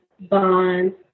bonds